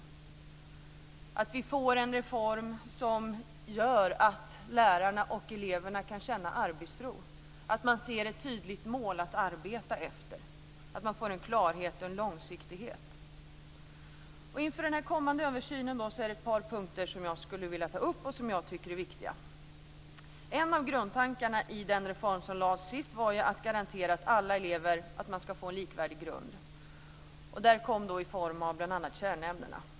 Jag vill att vi ska få en reform som gör att lärarna och eleverna kan känna arbetsro, att man ser ett tydligt mål att arbeta efter och att man får en klarhet och en långsiktighet. Inför den kommande översynen är det ett par punkter som jag skulle vilja ta upp och som jag tycker är viktiga. En av grundtankarna i den reform som lades fram senast var ju att garantera att alla elever ska få en likvärdig grund. Det kom bl.a. i form av kärnämnena.